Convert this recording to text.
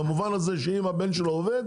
במובן הזה שאם הבן שלו עובד